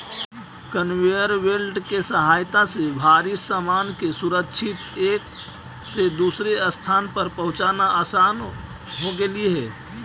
conveyor belt के सहायता से भारी सामान के सुरक्षित एक से दूसर स्थान पर पहुँचाना असान हो गेलई हे